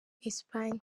espagne